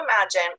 imagine